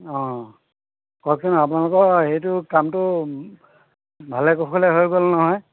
অঁ কওকচোন আপোনালোকৰ সেইটো কামটো ভালে কুশলে হৈ গ'লে নহয়